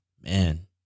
man